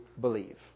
believe